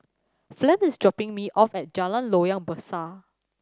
Flem is dropping me off at Jalan Loyang Besar